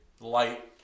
light